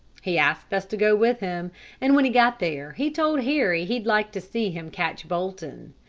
he asked us to go with him, and when he got there, he told harry he'd like to see him catch bolton.